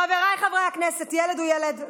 חבריי חברי הכנסת, ילד הוא ילד.